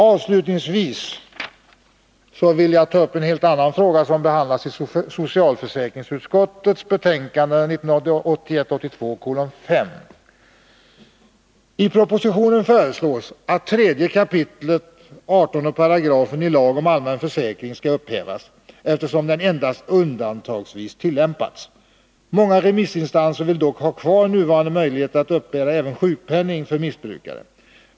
Avslutningsvis vill jag ta upp en helt annan fråga, som behandlas i socialförsäkringsutskottets betänkande 1981/82:5. I propositionen föreslås att 3 kap. 18 § lagen om allmän försäkring skall upphävas, eftersom den endast undantagsvis tillämpas. Många remissinstanser vill dock ha kvar nuvarande möjligheter att uppbära även sjukpenning för missbrukare.